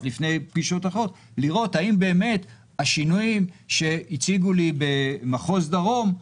לפני פגישות אחרות לראות האם באמת השינויים שהציגו לי במחוז דרום,